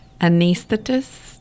anesthetist